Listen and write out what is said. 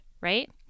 right